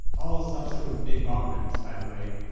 all subsequent big bong nights by the way,